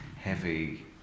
Heavy